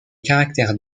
caractère